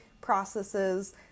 processes